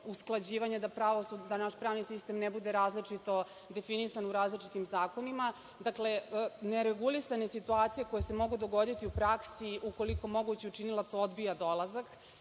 usklađivanje, da naš pravni sistem ne bude različito definisan u različitim zakonima. Dakle, neregulisane situacije koje se mogu dogoditi u praksi, ukoliko mogući učinilac odbija dolazak.